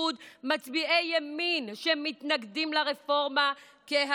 מצביעי ימין, שמתנגדים לרפורמה כהווייתה,